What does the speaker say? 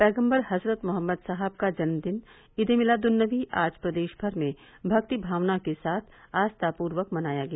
पैगम्बर हजरत मोहम्मद साहब का जन्मदिन ईद ए मिलाद उन नबी आज प्रदेश भर में भक्ति भावना के साथ आस्था पूर्वक मनाया गया